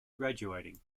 graduating